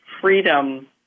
freedom